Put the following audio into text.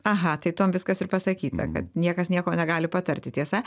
aha tai tuom viskas ir pasakyta kad niekas nieko negali patarti tiesa